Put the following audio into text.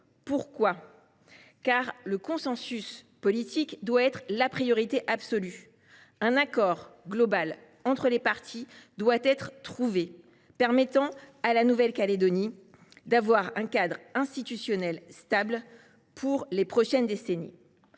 cours. En effet, le consensus politique doit être la priorité absolue. Un accord global entre les parties doit être trouvé, afin de permettre à la Nouvelle Calédonie de disposer d’un cadre institutionnel stable au cours des prochaines décennies.